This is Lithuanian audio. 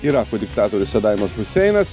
irako diktatorius sadaimas huseinas